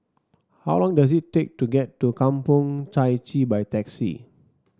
how long does it take to get to Kampong Chai Chee by taxi